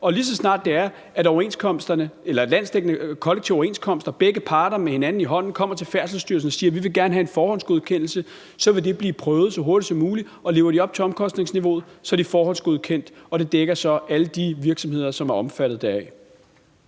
Lige så snart der er landsdækkende kollektive overenskomster og begge parter med hinanden i hånden kommer til Færdselsstyrelsen og siger, at de gerne vil have en forhåndsgodkendelse, så vil det blive prøvet så hurtigt som muligt, og lever de op til omkostningsniveauet, er de forhåndsgodkendt, og det dækker så alle de virksomheder, som er omfattet deraf.